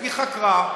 היא חקרה.